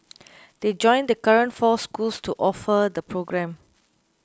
they join the current four schools to offer the programme